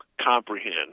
comprehend